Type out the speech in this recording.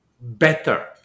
better